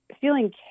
feeling